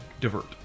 divert